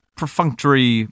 perfunctory